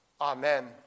Amen